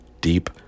deep